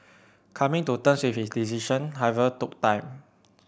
coming to terms with his decision however took time